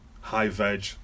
high-veg